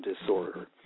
disorder